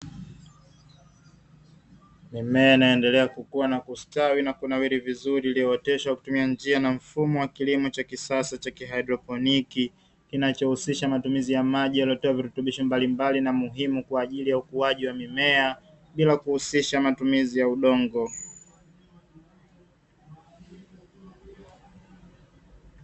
Mimea inaendelea kukua na kustawi na kunawiri vizuri, iliyooteshwa kwa kutumia njia na mfumo wa kilimo cha kisasa cha haidroponi, kinachohusisha matumizi ya maji yaliyotiwa virutubisho mbalimbali na muhimu kwa ajili ya ukuaji wa mimea bila kuhusisha matumizi ya udongo.